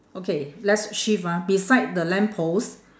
okay let's shift ah beside the lamp post